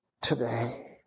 today